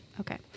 Okay